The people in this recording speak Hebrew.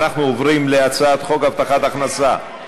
אנחנו עוברים להצעת חוק הבטחת הכנסה,